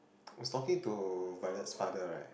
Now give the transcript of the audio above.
was talking to Violet's father right